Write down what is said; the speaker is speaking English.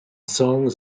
songs